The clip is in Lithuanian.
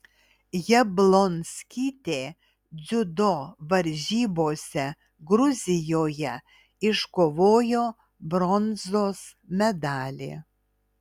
jablonskytė dziudo varžybose gruzijoje iškovojo bronzos medalį